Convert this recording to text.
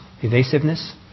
Evasiveness